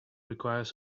requires